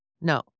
No